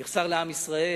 הוא יחסר לעם ישראל,